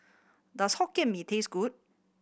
does Hokkien Mee taste good